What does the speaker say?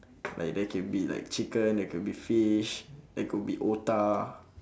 like there can be like chicken there could be fish there could be otah